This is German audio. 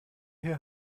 hier